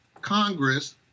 Congress